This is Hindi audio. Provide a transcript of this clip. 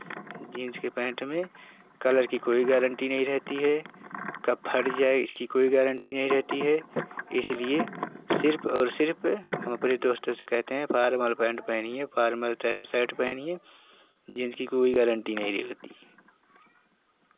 जीन्स के पैंट में कलर की कोई गारंटी नहीं रहती है क फट जाए इसकी कोई गारंटी नहीं रहती है इसलिए सिर्फ़ और सिर्फ़ हम अपने दोस्तों से कहते हैं फारमल पैंट पहनिए फारमल तहे सेट पहिनिए जीन्स की कोई गारंटी नहीं रही होती